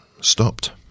stopped